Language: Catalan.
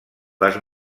les